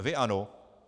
Vy ano.